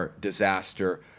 disaster